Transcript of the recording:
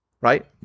right